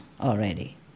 already